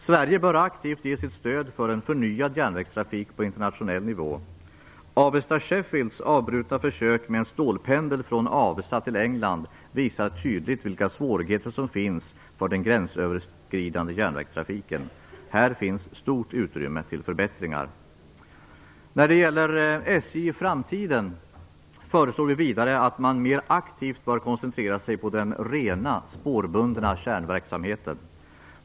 Sverige bör aktivt ge sitt stöd för en förnyad järnvägstrafik på internationell nivå. Avesta-Sheffields avbrutna försök med en stålpendel från Avesta till England visar tydligt vilka svårigheter som finns för den gränsöverskridande järnvägstrafiken. Här finns stort utrymme till förbättringar. När det gäller SJ i framtiden föreslår vi vidare att man mer aktivt bör koncentrera sig på den rena spårburna kärnverksamheten.